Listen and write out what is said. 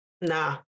nah